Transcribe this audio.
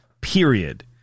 period